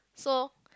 so